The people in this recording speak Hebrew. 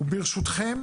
ברשותכם,